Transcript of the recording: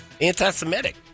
Anti-Semitic